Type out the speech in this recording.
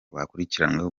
akurikiranyweho